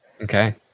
okay